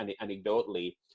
anecdotally